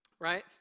Right